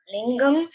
Lingam